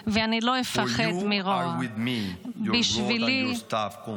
נפשי ישובֵב ינחני במעגלי צדק למען שמו.